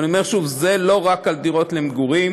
ואני אומר שוב, זה לא רק על דירות למגורים.